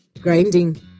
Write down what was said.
Grinding